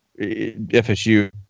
FSU